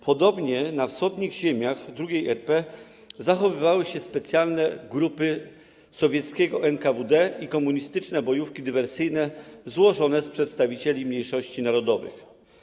Podobnie na wschodnich ziemiach II RP zachowywały się specjalne grupy sowieckiego NKWD i komunistyczne bojówki dywersyjne złożone z przedstawicieli mniejszości narodowych.